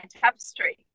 tapestry